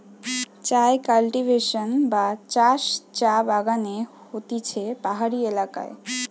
চায় কাল্টিভেশন বা চাষ চা বাগানে হতিছে পাহাড়ি এলাকায়